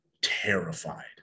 terrified